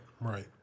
right